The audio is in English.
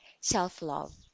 Self-love